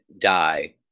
die